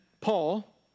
Paul